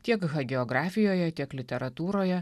tiek hagiografijoje tiek literatūroje